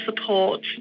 support